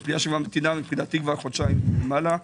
היא פנייה שממתינה חודשיים מעלה.